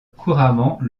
couramment